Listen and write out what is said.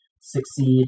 succeed